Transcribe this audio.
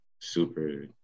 super